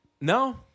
No